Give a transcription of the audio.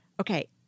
Okay